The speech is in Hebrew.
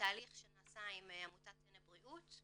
בתהליך שנעשה עם עמותת "טנא בריאות",